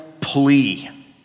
plea